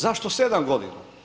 Zašto 7 godina.